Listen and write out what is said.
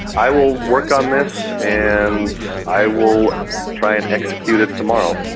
i will work on this and i will try and execute it tomorrow.